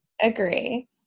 Agree